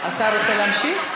השר רוצה להמשיך?